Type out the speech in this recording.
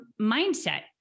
mindset